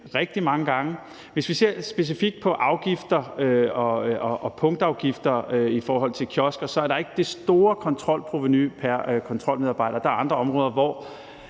rigtig mange gange. Hvis vi ser specifikt på afgifter og punktafgifter i forhold til kiosker, er der ikke det store kontrolprovenu pr. kontrolmedarbejder. Der er andre områder, hvor